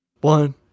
One